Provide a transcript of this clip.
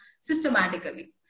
systematically